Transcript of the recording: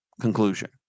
conclusion